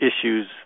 issues